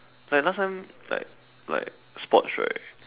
like last time like like sports right